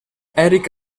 eric